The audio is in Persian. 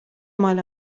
مال